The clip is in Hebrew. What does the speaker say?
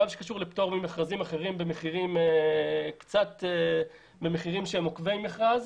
החלטות שקשורות לפטורים ממכרזים אחרים במחירים שהם עוקבי מכרז,